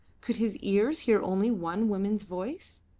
could his ears hear only one woman's voice?